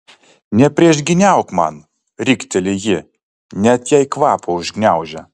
nepriešgyniauk man rikteli ji net jai kvapą užgniaužia